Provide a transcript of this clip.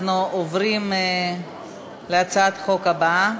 אנחנו עוברים להצעת החוק הבאה,